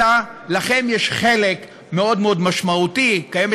אלא: לכם יש חלק מאוד מאוד משמעותי וקיימת